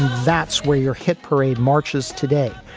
that's where your hit parade marches today.